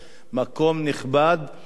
זה לא רק אובדן חיי אדם,